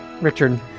Richard